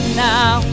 now